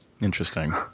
Interesting